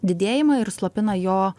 didėjimą ir slopina jo